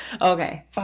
Okay